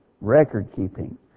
record-keeping